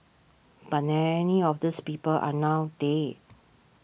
but many of these people are now dead